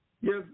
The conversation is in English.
yes